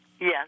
Yes